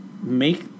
make